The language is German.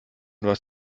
was